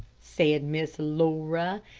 said miss laura,